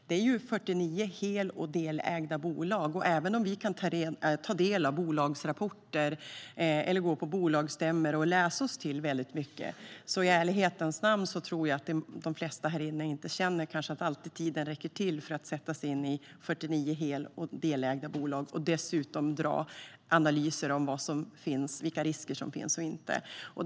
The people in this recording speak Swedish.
Det är ju 49 hel och delägda bolag, och även om vi kan ta del av bolagsrapporter eller gå på bolagsstämmor och läsa oss till väldigt mycket tror jag i ärlighetens namn att de flesta här inne känner att tiden inte alltid räcker till för att sätta sig in i 49 hel och delägda bolag och dessutom göra analyser av vilka risker som finns.